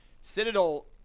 Citadel